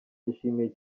yashimiye